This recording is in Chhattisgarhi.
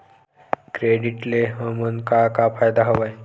क्रेडिट ले हमन का का फ़ायदा हवय?